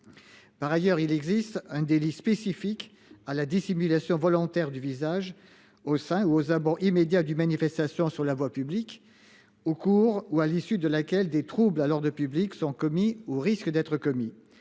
Par ailleurs, il existe un délit spécifique à la dissimulation volontaire du visage au sein ou aux abords immédiats d'une manifestation sur la voie publique au cours ou à l'issue de laquelle des troubles à l'ordre public sont commis ou risque d'être commis.